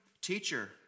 Teacher